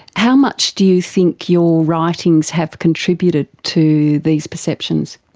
how much do you think your writings have contributed to these perceptions?